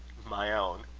my own,